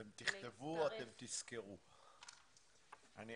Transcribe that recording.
אתם תכתבו, אתם תזכרו, אני